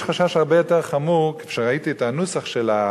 יש לי חשש הרבה יותר חמור כשאני רואה את הנוסח שהודפס,